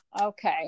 okay